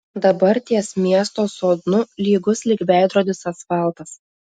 dabar ties miesto sodnu lygus lyg veidrodis asfaltas